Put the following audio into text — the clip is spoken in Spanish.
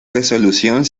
resolución